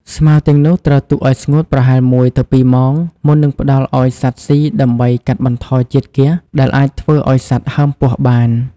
ស្មៅទាំងនោះត្រូវទុកឲ្យស្ងួតប្រហែលមួយទៅពីរម៉ោងមុននឹងផ្តល់ឲ្យសត្វស៊ីដើម្បីកាត់បន្ថយជាតិហ្គាសដែលអាចធ្វើឲ្យសត្វហើមពោះបាន។